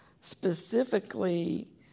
specifically